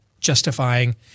justifying